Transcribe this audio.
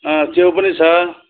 च्याउ पनि छ